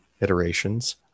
iterations